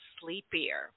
sleepier